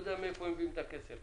מאיפה הם מביאים את הכסף.